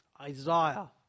Isaiah